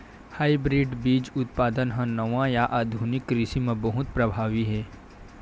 hybrid बीज उत्पादन हा नवा या आधुनिक कृषि मा बहुत प्रभावी हे